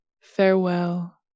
farewell